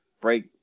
break